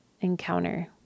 encounter